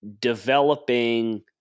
developing